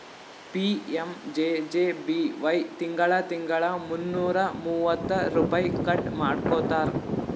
PMJJBY ತಿಂಗಳಾ ತಿಂಗಳಾ ಮುನ್ನೂರಾ ಮೂವತ್ತ ರುಪೈ ಕಟ್ ಮಾಡ್ಕೋತಾರ್